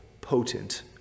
potent